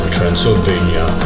Transylvania